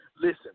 Listen